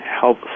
help